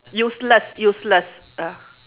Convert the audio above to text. useless useless ya